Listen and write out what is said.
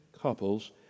couples